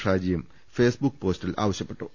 ഷാജിയും Facebook പോസ്റ്റിൽ ആവശ്യപ്പെട്ടു